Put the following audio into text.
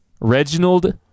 Reginald